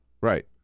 right